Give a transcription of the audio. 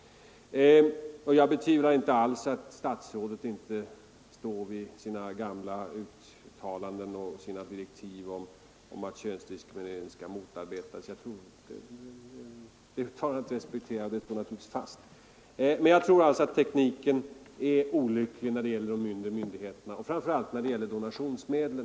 Jag betvivlar inte alls att statsrådet står för sina gamla uttalanden och direktiv om att könsdiskriminering skall motarbetas. De uttalandena respekterar jag, och de står naturligtvis fast. Men jag tror alltså att tekniken är olycklig när det gäller mindre myndigheter och framför allt när det gäller donationsmedel.